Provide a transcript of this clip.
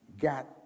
got